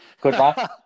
Goodbye